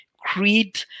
creed